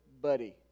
buddy